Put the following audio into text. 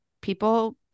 people